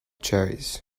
cherries